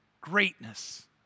greatness